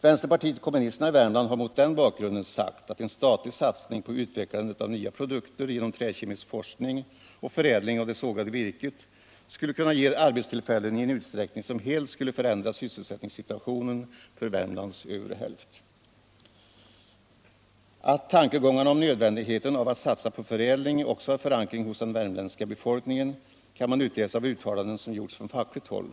Vänsterpartiet kommunisterna i Värmland har mot denna bakgrund sagt, att en statlig satsning på utvecklandet av nya produkter genom träkemisk forskning och förädling av det sågade virket skulle kunna ge arbetstillfällen i en utsträckning som helt skulle förändra sysselsättningssituationen för Värmlands norra hälft. Att tankegångarna om nödvändigheten av att satsa på förädling också har förankring hos den värmländska befolkningen kan man utläsa av uttalanden som gjorts från fackligt håll.